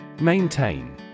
Maintain